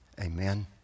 Amen